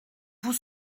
vous